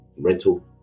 rental